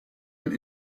und